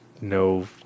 no